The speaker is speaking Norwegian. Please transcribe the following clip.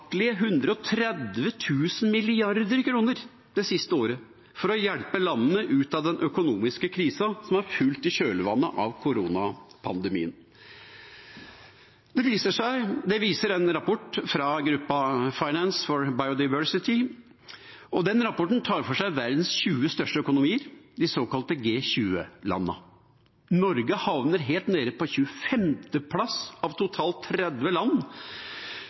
det siste året for å hjelpe landene ut av den økonomiske krisa som har fulgt i kjølvannet av koronapandemien. Det viser en rapport fra gruppa Finance For Biodiversity, og den rapporten tar for seg verdens 20 største økonomier, de såkalte G20-landene. Norge havner helt nede på 25. plass av totalt 30 land